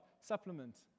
supplement